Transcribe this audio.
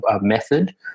method